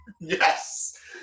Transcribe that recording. Yes